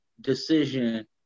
decision